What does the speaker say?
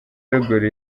ruguru